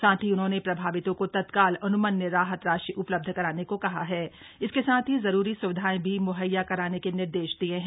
साथ ही उन्होंने प्रभावितों को तत्काल अन्मन्य राहत राशि उपलब्ध कराने को कहा हैै इसके साथ ही जरूरी स्विधाएं भी मुहक्वा कराने के निर्देश दिए हैं